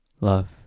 love